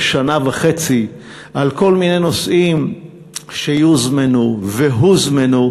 שנה וחצי של כל מיני נושאים שיוזמנו והוזמנו,